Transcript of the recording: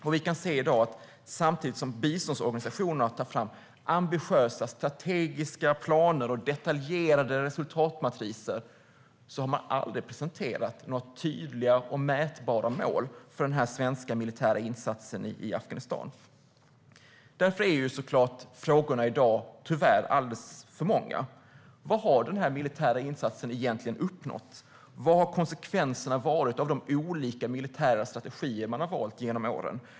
I dag kan vi se att samtidigt som biståndsorganisationerna tar fram ambitiösa strategiska planer och detaljerade resultatmatriser har det aldrig presenterats några tydliga, mätbara mål för den svenska militära insatsen i Afghanistan. Därför är frågorna i dag tyvärr alldeles för många. Vad har den militära insatsen egentligen uppnått? Vad har konsekvenserna varit av de olika militära strategier man har valt genom åren?